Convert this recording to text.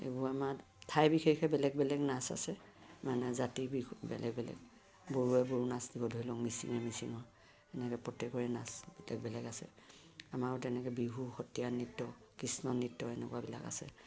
এইবোৰ আমাৰ ঠাইৰ বিশেষে বেলেগ বেলেগ নাচ আছে মানে জাতি বিহু বেলেগ বেলেগ বড়োৱে বড়ো নাচ দিব ধৰি লওঁক মিচিঙে মিচিঙৰ এনেকে প্ৰত্যেকৰে নাচ বেলেগ বেলেগ আছে আমাৰো তেনেকৈ বিহু সত্ৰীয়া নৃত্য কৃষ্ণ নৃত্য এনেকুৱাবিলাক আছে